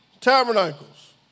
tabernacles